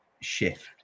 shift